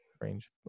range